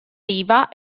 riva